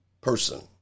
person